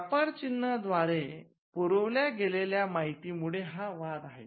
व्यापार चिन्ह द्वारे पुरवल्या गेलेल्या माहितीमुळे हा वाद आहे